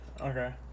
okay